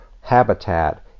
habitat